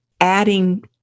adding